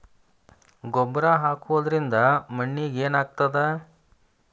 ಗೊಬ್ಬರ ಹಾಕುವುದರಿಂದ ಮಣ್ಣಿಗೆ ಏನಾಗ್ತದ?